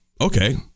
okay